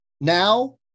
Now